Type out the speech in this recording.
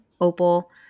Opal